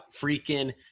freaking